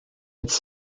its